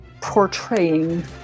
portraying